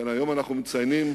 היום אנחנו מציינים